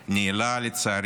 לצערי,